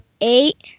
Eight